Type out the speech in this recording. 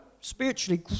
spiritually